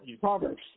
Proverbs